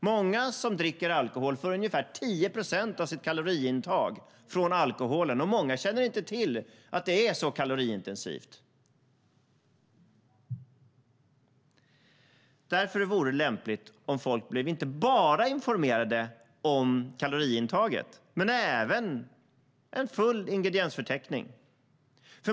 Många som dricker alkohol får ungefär 10 procent av sitt kaloriintag från alkohol, och många känner inte till att den är så kaloriintensiv. Det vore lämpligt att folk blev informerade inte bara om kaloriinnehållet utan fick en fullständig ingrediensförteckning.